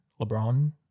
LeBron